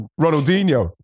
Ronaldinho